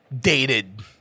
dated